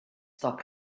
talk